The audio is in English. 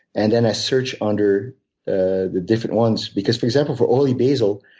and then i search under ah the different ones. because for example, for oli basil,